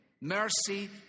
Mercy